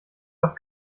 doch